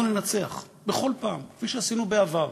אנחנו ננצח, בכל פעם, כפי שעשינו בעבר.